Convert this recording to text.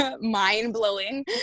mind-blowing